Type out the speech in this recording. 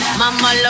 mama